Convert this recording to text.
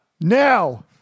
now